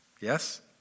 yes